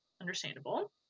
understandable